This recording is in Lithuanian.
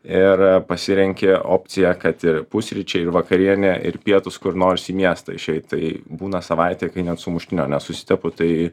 ir pasilenki opciją kad ir pusryčiai ir vakarienė ir pietus kur nors į miestą išeit tai būna savaitė kai net sumuštinio nesusitepu tai